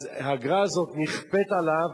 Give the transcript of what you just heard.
האגרה הזאת נכפית עליו,